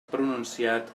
pronunciat